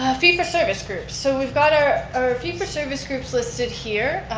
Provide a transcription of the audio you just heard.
ah fee for service group. so we've got our fee for service groups listed here.